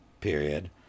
period